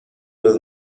las